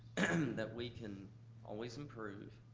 that we can always improve.